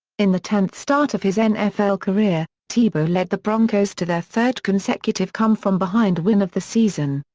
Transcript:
in the tenth start of his nfl career, tebow led the broncos to their third consecutive come-from-behind win of the season,